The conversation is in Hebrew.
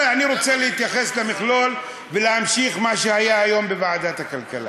אני רוצה להתייחס למכלול ולהמשיך מה שהיה היום בוועדת הכלכלה.